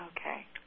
Okay